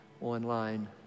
online